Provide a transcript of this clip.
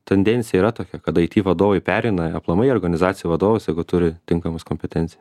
tendencija yra tokia kad aiti vadovui pereina aplamai į organizacijų vadovus jeigu turi tinkamus kompetenciją